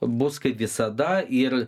bus kaip visada ir